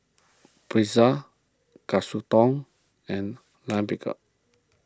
Pretzel Katsudon and Lime Pickle